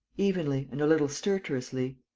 evenly and a little stertorously.